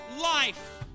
life